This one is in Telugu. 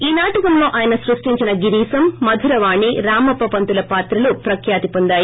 ఈ నాటకంలో ౌఆయన సృష్టించిన గిరీశం మధురవాణి రామప్ప పంతులు పాత్రలు ప్రఖ్యాతిపొందాయి